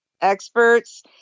experts